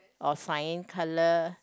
or cyan colour